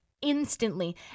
instantly